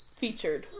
Featured